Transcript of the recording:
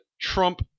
Trump